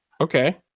okay